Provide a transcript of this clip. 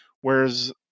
whereas